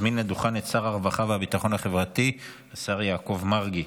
אני מזמין לדוכן את שר הרווחה והביטחון החברתי השר יעקב מרגי.